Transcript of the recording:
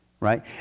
Right